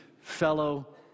fellow